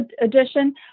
edition